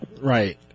Right